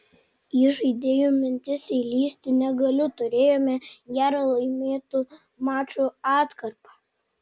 į žaidėjų mintis įlįsti negaliu turėjome gerą laimėtų mačų atkarpą